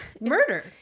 Murder